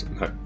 No